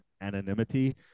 anonymity